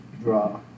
draw